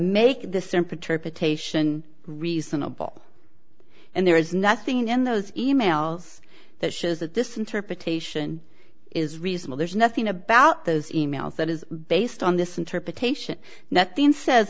petition reasonable and there is nothing in those emails that shows that this interpretation is reasonable there's nothing about those emails that is based on this interpretation that the in says